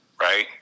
right